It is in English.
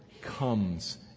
comes